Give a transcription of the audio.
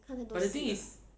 看太多戏了